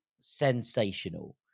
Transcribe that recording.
sensational